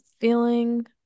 feeling